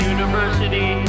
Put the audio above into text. University